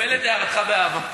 מקבל את הערתך באהבה.